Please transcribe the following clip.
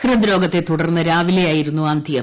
ഹൃദ്രോഗത്തെ തുടർന്ന് രാവിലെയായിരുന്നു അന്ത്യം